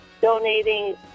donating